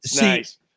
nice